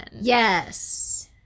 Yes